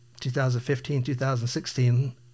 2015-2016